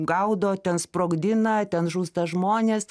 gaudo ten sprogdina ten žūsta žmonės